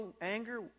anger